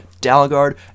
dalgard